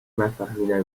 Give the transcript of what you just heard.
نفهمیدم